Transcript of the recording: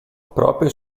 proprio